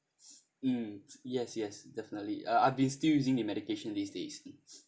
mm yes yes definitely uh I've been still using the medication these days